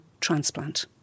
transplant